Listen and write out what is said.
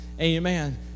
amen